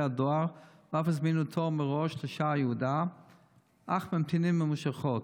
הדואר ואף הזמינו תור מראש לשעה היעודה אך ממתינים ממושכות,